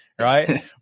Right